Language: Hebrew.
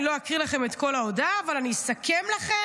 אני לא אקריא לכם את כל ההודעה אבל אני אסכם לכם.